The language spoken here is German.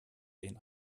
den